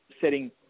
setting